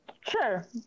Sure